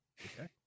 okay